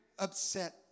upset